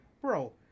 bro